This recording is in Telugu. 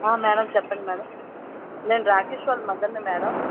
మేడం చెప్పండి మేడం నేను రాకేష్ వాళ్ళ మథర్ని మేడం